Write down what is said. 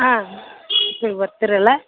ಹಾಂ ಸರಿ ಬರ್ತೀರಲ್ಲ